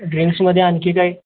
ड्रिंक्समध्ये आणखी काही